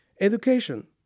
Education